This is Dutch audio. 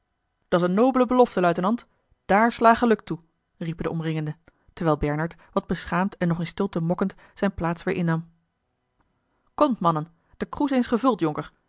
gebleven dat's een nobele belofte luitenant daar sla geluk toe riepen de omringenden terwijl bernard wat beschaamd en nog in stilte mokkend zijne plaats weêr innam komt mannen de kroes eens gevuld jonker